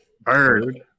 Bird